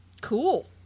Cool